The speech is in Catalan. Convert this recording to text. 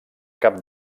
cap